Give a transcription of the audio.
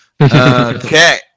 Okay